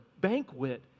banquet